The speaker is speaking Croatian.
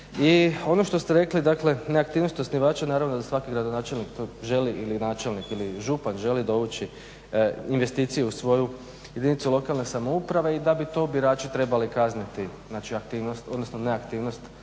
I ono što ste rekli dakle neaktivnost osnivača naravno da svaki gradonačelnik to želi ili načelnik ili župan želi dovući investicije u svoju jedinicu lokalne samouprave i da bi to birači trebali kazniti znači aktivnost,